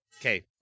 Okay